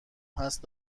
هست